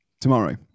tomorrow